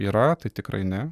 yra tai tikrai ne